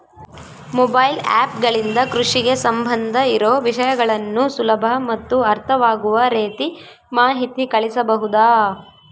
Mobile app ಗಳಿಂದ ಕೃಷಿಗೆ ಸಂಬಂಧ ಇರೊ ವಿಷಯಗಳನ್ನು ಸುಲಭ ಮತ್ತು ಅರ್ಥವಾಗುವ ರೇತಿ ಮಾಹಿತಿ ಕಳಿಸಬಹುದಾ?